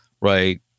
right